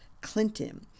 Clinton